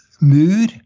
mur